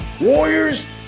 Warriors